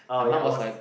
oh ya I was